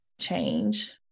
change